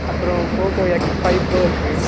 அப்புறம் Poco X five Pro இருக்குது